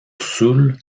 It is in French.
sul